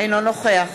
אינו נוכח